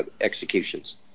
executions